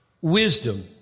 wisdom